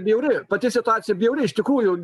bjauri pati situacija bjauri iš tikrųjų